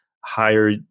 higher